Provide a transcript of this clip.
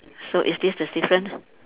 so is this the different